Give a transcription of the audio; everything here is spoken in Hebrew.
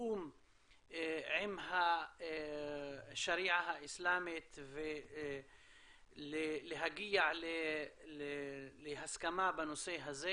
בתיאום עם השריעה האסלמית ולהגיע להסכמה בנושא הזה